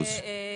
בסדר.